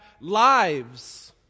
lives